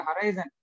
horizon